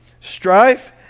strife